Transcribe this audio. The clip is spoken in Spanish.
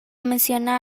menciona